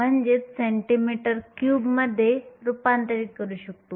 आपण हे सेंटीमीटर क्यूबमध्ये रूपांतरित करू शकतो